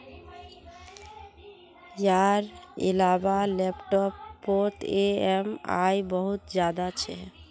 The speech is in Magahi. यार इलाबा लैपटॉप पोत ई ऍम आई बहुत ज्यादा छे